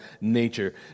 nature